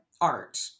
art